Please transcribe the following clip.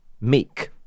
meek